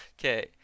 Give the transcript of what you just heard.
okay